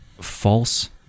false